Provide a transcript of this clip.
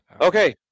Okay